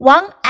One